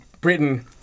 Britain